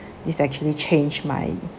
this actually change my